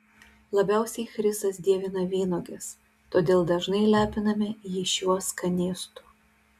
labiausiai chrisas dievina vynuoges todėl dažnai lepiname jį šiuo skanėstu